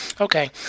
okay